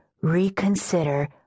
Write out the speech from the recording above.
reconsider